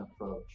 approach